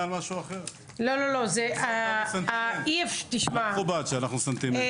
אתה עונה על משהו אחר --- זה לא מכובד שאנחנו "סנטימנט".